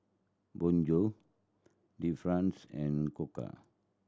Bonjour Delifrance and Koka